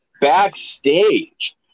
backstage